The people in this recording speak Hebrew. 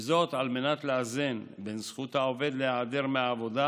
כדי לאזן בין זכות העובד להיעדר מהעבודה